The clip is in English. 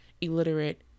illiterate